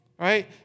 Right